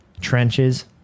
trenches